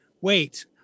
wait